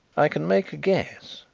i can make a guess,